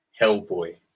Hellboy